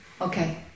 Okay